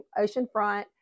oceanfront